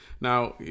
Now